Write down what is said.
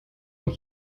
und